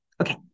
Okay